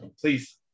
Please